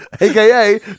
aka